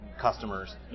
customers